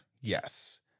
Yes